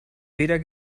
weder